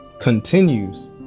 continues